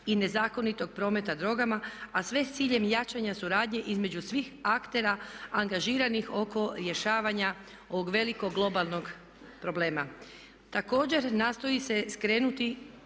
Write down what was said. i nezakonitog prometa drogama, a sve s ciljem jačanja suradnje između svih aktera angažiranih oko rješavanja ovog velikog globalnog problema. Također, nastoji se skrenuti